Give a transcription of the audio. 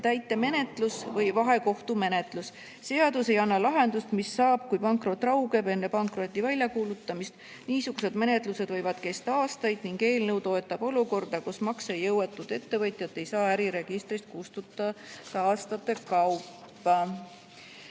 täitemenetlus või vahekohtumenetlus. Seadus ei anna lahendust, mis saab, kui pankrot raugeb enne pankroti väljakuulutamist. Niisugused menetlused võivad kesta aastaid ning eelnõu toetab olukorda, kus maksejõuetut ettevõtjat ei saa äriregistrist kustutada aastate kaupa.